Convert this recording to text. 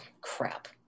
crap